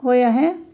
হৈ আহে